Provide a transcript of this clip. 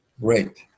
great